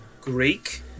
Greek